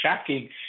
shocking